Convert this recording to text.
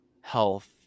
health